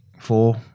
four